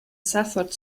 suffered